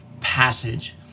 passage